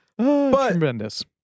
Tremendous